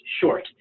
short